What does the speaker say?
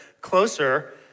closer